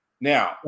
Now